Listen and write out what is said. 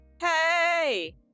hey